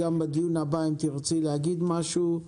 אם בדיון הבא תרצי להגיד משהו,